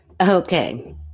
Okay